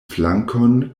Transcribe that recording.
flankon